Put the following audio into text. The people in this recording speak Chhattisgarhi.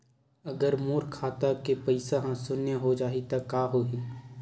अगर मोर खाता के पईसा ह शून्य हो जाही त का होही?